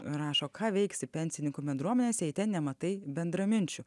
rašo ką veiksi pensininkų bendruomenėse jei ten nematai bendraminčių